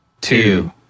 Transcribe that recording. two